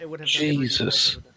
Jesus